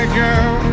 girl